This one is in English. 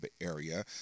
area